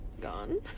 gone